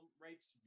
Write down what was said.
rates